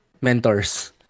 Mentors